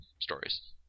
stories